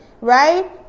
right